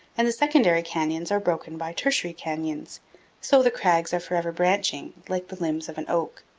and the secondary canyons are broken by tertiary canyons so the crags are forever branching, like the limbs of an oak.